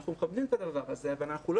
אנחנו מכבדים את הדבר הזה אבל אנחנו לא